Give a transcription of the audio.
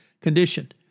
condition